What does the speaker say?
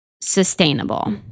sustainable